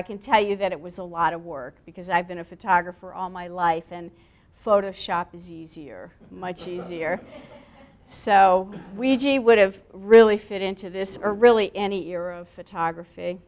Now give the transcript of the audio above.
i can tell you that it was a lot of work because i've been a photographer all my life and photoshop is easier much easier so we would have really fit into this or really any era of photography